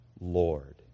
Lord